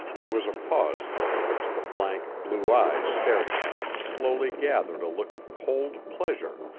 there was a pause during which the blank, blue eyes staring at him slowly gathered a look of cold pleasure.